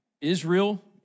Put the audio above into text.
Israel